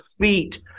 feet